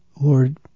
Lord